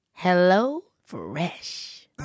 HelloFresh